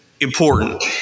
important